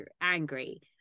angry